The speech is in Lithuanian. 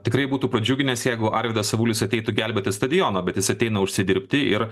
tikrai būtų pradžiuginęs jeigu arvydas avulis ateitų gelbėti stadiono bet jis ateina užsidirbti ir